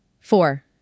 Four